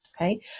Okay